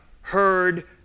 heard